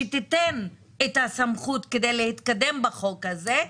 שתיתן את הסמכות כדי להתקדם בחוק הזה.